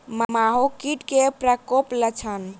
माहो कीट केँ प्रकोपक लक्षण?